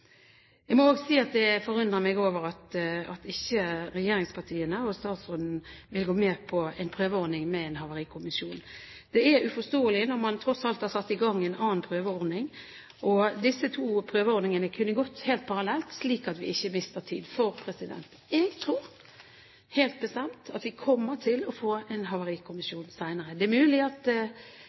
Jeg må også si at jeg forundrer meg over at regjeringspartiene og statsråden ikke vil gå med på en prøveordning med en havarikommisjon. Det er uforståelig, når man tross alt har satt i gang en annen prøveordning. Disse to prøveordningene kunne gått helt parallelt, slik at vi ikke mister tid. For jeg tror helt bestemt at vi kommer til å få en havarikommisjon senere. Det er mulig – og det er sagt – at